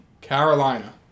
Carolina